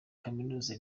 kaminuza